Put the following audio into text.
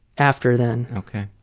after then. okay.